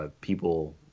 people